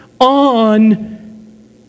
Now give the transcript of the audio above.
on